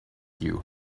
you